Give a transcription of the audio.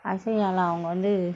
I say ya lah அவங்க வந்து:avanga vanthu